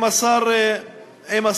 עם השר ארדן,